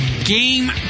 Game